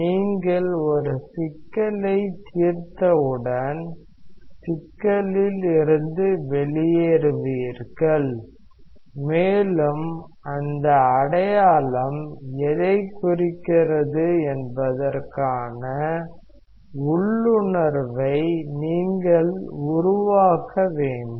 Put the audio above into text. நீங்கள் ஒரு சிக்கலைத் தீர்த்தவுடன் சிக்கலில் இருந்து வெளியேறுவீர்கள் மேலும் அந்த அடையாளம் எதைக் குறிக்கிறது என்பதற்கான உள்ளுணர்வை நீங்கள் உருவாக்க வேண்டும்